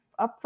upfront